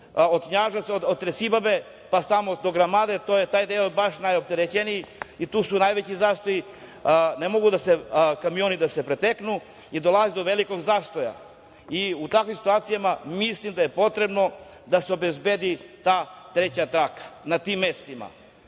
Knjaževca, od Tresibabe pa samo do Gromade, to je taj deo baš najopterećeniji i tu su najveći zastoji. Ne mogu kamioni da se preteknu i dolazi do velikog zastoja. U takvim situacijama mislim da je potrebno da se obezbedi ta treća traka, na tim mestima.